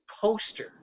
poster